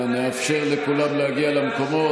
נאפשר לכולם להגיע למקומות.